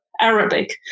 Arabic